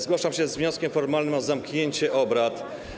Zgłaszam się z wnioskiem formalnym o zamknięcie obrad.